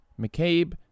McCabe